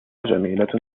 جميلة